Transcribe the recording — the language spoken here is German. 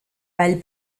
weil